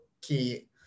key